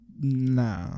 nah